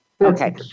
Okay